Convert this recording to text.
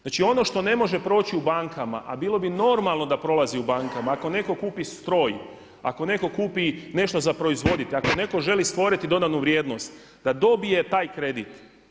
Znači ono što ne može proći u bankama a bilo bi normalno da prolazi u bankama, ako netko kupi stroj, ako netko kupi nešto za proizvoditi, ako neko želi stvoriti dodanu vrijednost da dobije taj kredit.